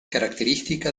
característica